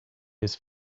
his